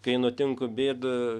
kai nutinka bėda